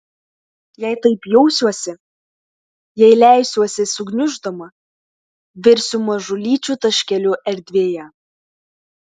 jei taip jausiuosi jei leisiuosi sugniuždoma virsiu mažulyčiu taškeliu erdvėje